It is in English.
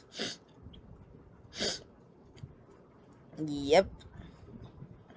yup